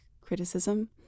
criticism